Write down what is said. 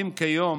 כיום